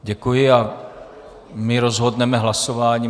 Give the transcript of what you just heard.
Děkuji a rozhodneme hlasováním.